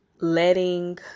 letting